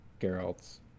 Geralt's